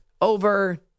over